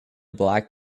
black